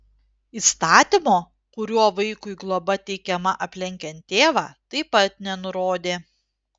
įstatymo kuriuo vaikui globa teikiama aplenkiant tėvą taip pat nenurodė